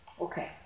Okay